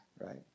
right